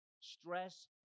stress